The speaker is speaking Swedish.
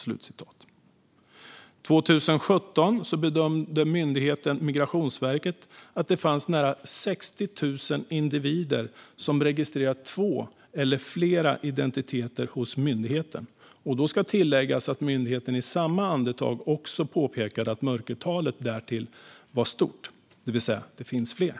År 2017 bedömde Migrationsverket att det fanns nära 60 000 individer som registrerat två eller flera identiteter hos myndigheten. Då ska tilläggas att myndigheten i samma andetag påpekade att mörkertalet var stort. Det finns alltså fler.